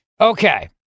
Okay